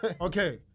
Okay